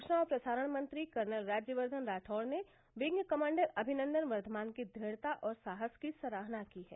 सूचना और प्रसारण मंत्री कर्नल राज्यवर्धन राठौड़ ने विंग कमांडर अभिनंदन वर्धमान की दृढ़ता और साहस की सराहना की है